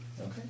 Okay